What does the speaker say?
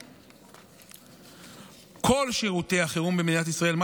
2. כל שירותי החירום במדינה ישראל,